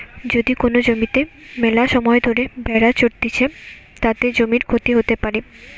যদি কোন জমিতে মেলাসময় ধরে ভেড়া চরতিছে, তাতে জমির ক্ষতি হতে পারে